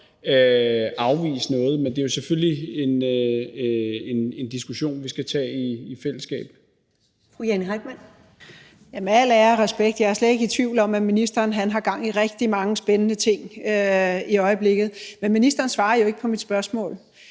afvise noget, men det er jo selvfølgelig en diskussion, vi skal tage i fællesskab. Kl. 11:04 Første næstformand (Karen Ellemann): Fru Jane Heitmann. Kl. 11:04 Jane Heitmann (V): Med al ære og respekt er jeg slet ikke i tvivl om, at ministeren har gang i rigtig mange spændende ting i øjeblikket, men ministeren svarer jo ikke på mit spørgsmål.